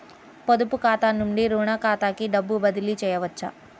పొదుపు ఖాతా నుండీ, రుణ ఖాతాకి డబ్బు బదిలీ చేయవచ్చా?